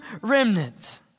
remnant